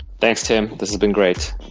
thanks, tim. this has been great